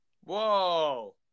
whoa